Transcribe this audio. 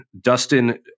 Dustin